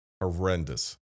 horrendous